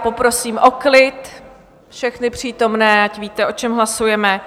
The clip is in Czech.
Poprosím o klid všechny přítomné, ať víte, o čem hlasujeme.